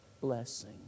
blessing